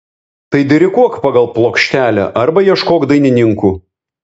tai diriguok pagal plokštelę arba ieškok dainininkų